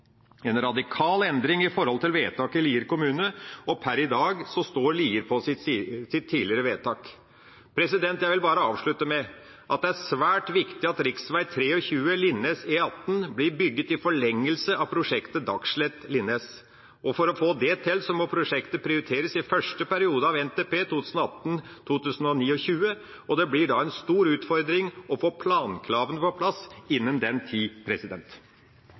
en radikal endring i forhold til vedtaket i Lier kommune, og per i dag står Lier på sitt tidligere vedtak. Jeg vil bare avslutte med at det er svært viktig at rv. 23 Linnes–E18 blir bygd i forlengelse av prosjektet Dagslett–Linnes. For å få det til må prosjektet prioriteres i første periode av NTP 2018–2029, og det blir da en stor utfordring å få plankravene på plass innen den tid.